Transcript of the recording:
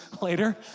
later